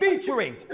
featuring